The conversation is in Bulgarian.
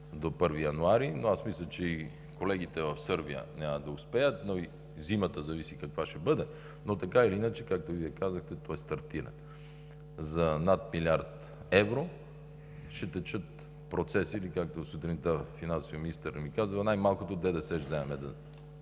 до 1 януари. Аз мисля, че и колегите в Сърбия няма да успеят, зависи и зимата каква ще бъде, но така или иначе, както и Вие казахте, той стартира за над милиард евро. Ще текат процеси, или както сутринта финансовият министър ми каза: най-малкото ДДС ще вземем в